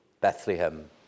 bethlehem